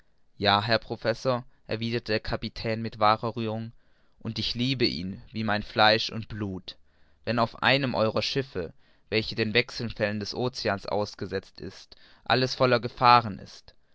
ja herr professor erwiderte der kapitän mit wahrer rührung und ich liebe ihn wie mein fleisch und blut wenn auf einem eurer schiffe welche den wechselfällen des oceans ausgesetzt sind alles voll gefahr ist